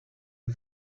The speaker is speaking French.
est